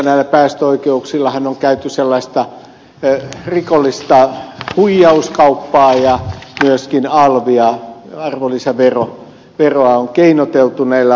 näillä päästöoikeuksillahan on käyty sellaista rikollista huijauskauppaa ja myöskin alvia arvonlisäveroa on keinoteltu näillä asioilla